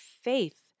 faith